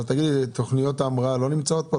תכניות ההמראה לא נמצאות כאן?